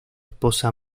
esposa